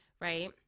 right